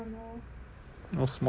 those small small [one] lah